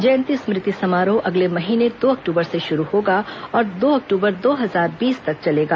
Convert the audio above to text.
जयंती स्मृति समारोह अगले महीने दो अक्टूबर से शुरू होगा और दो अक्टूबर दो हजार बीस तक चलेगा